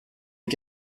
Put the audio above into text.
les